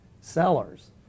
sellers